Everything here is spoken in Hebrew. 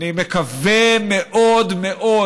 אני מקווה מאוד מאוד,